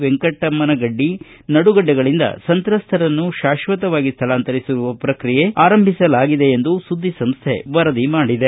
ವೆಂಕಟಮ್ಮನಗಡ್ಡಿ ನಡುಗಡ್ಡೆಗಳಂದ ಸಂತ್ರಸ್ತರನ್ನು ಶಾಶ್ವತವಾಗಿ ಸ್ಥಳಾಂತರಿಸುವ ಪ್ರಕ್ರಿಯೆ ಆರಂಭಿಸಲಾಗಿದೆ ಎಂದು ಸುದ್ದಿಸಂಸ್ಥೆ ವರದಿ ಮಾಡಿದೆ